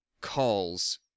calls